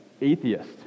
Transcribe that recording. atheist